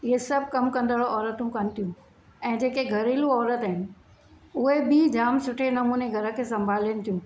इहे सभु कमु कंदड़ औरतूं कनि थियूं ऐं जेके घरेलू औरत आहिनि उहे बि जाम सुठे नमूने घर खे संभालिन थियूं